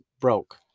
broke